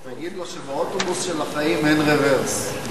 אז תגיד לו שבאוטובוס של החיים אין רוורס.